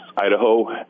Idaho